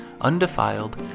undefiled